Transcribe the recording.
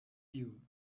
you